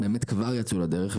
כבר יצאה איתו לדרך,